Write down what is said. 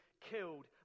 killed